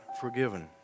forgiven